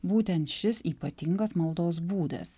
būtent šis ypatingas maldos būdas